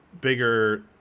bigger